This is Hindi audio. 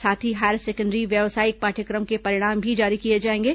साथ ही हायर सेकेण्डरी व्यावसायिक पाठ्यक्रम के परिणाम भी जारी किए जाएंगे